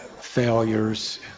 failures